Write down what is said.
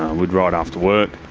we'd ride after work.